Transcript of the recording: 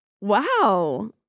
Wow